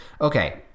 okay